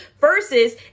versus